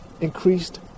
increased